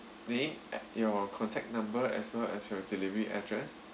name and your contact number as well as your delivery address